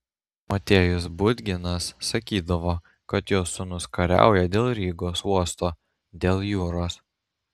motiejus budginas sakydavo kad jo sūnus kariauja dėl rygos uosto dėl jūros